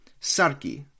Sarki